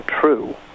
true